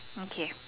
okay